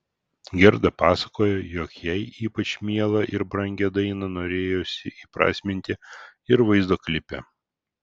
gerda pasakoja jog jai ypač mielą ir brangią dainą norėjusi įprasminti ir vaizdo klipe